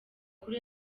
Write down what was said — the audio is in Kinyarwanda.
kuri